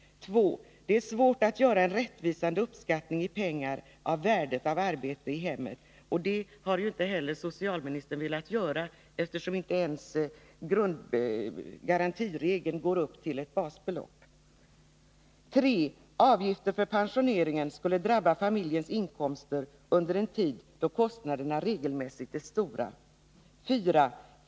2. Det är svårt att göra en rättvisande uppskattning i pengar av värdet av arbete i hemmet. — Det har ju inte heller socialministern velat göra, eftersom garantiregeln inte ens går upp till ett basbelopp. 3. Avgifter för pensioneringen skulle drabba familjens inkomster under en tid då kostnaderna regelmässigt är stora. 4.